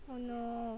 oh no